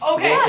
Okay